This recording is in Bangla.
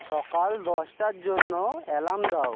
সকাল দশটার জন্য অ্যালার্ম দাও